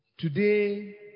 Today